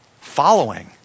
Following